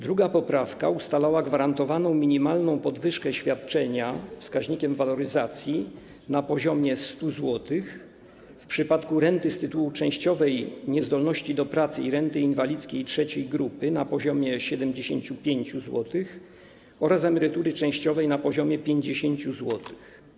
Druga poprawka ustalała gwarantowaną minimalną podwyżkę świadczenia według wskaźnika waloryzacji na poziomie 100 zł, w przypadku renty z tytułu częściowej niezdolności do pracy i renty inwalidzkiej III grupy na poziomie 75 zł oraz emerytury częściowej na poziomie 50 zł.